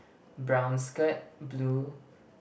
brown skirt blue